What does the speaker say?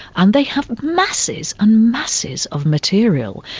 and they have masses and masses of material.